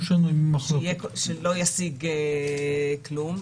שלא ישיג כלום,